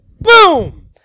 boom